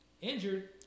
injured